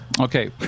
Okay